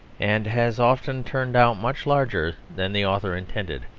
and has often turned out much larger than the author intended.